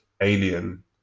alien